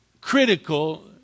critical